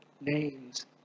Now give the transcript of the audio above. names